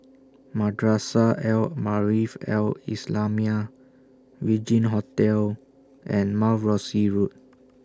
Madrasah Al Maarif Al Islamiah Regin Hotel and Mount Rosie Road